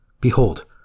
Behold